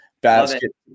basket